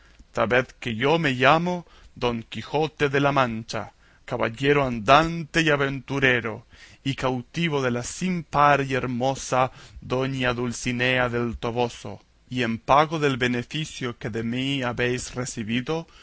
sabed que yo me llamo don quijote de la mancha caballero andante y aventurero y cautivo de la sin par y hermosa doña dulcinea del toboso y en pago del beneficio que de mí habéis recebido